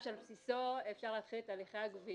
שעל בסיסו אפשר להתחיל את הליכי הגבייה,